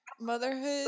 motherhood